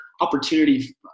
opportunity